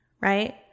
right